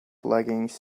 leggings